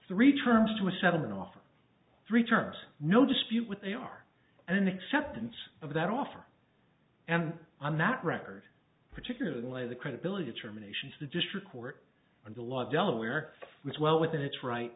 three terms to a settlement offer three terms no dispute what they are an acceptance of that offer and on that record particularly the credibility terminations the district court and the law delaware was well within its right